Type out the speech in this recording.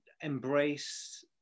embrace